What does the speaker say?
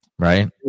Right